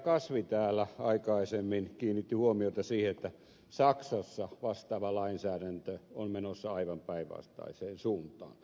kasvi täällä aikaisemmin kiinnitti huomiota siihen että saksassa vastaava lainsäädäntö on menossa aivan päinvastaiseen suuntaan